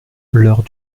l’heure